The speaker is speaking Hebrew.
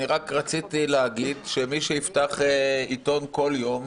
רציתי להגיד שמי שיפתח עיתון בכל יום,